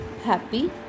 happy